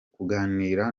kuganira